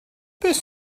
beth